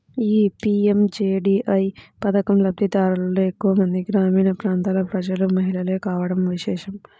ఈ పీ.ఎం.జే.డీ.వై పథకం లబ్ది దారులలో ఎక్కువ మంది గ్రామీణ ప్రాంతాల ప్రజలు, మహిళలే కావడం విశేషం